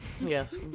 yes